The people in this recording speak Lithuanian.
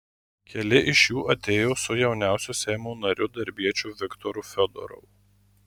keli iš jų atėjo su jauniausiu seimo nariu darbiečiu viktoru fiodorovu